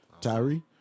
Tyree